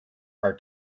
are